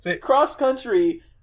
Cross-country